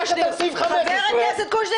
חבר הכנסת קושניר,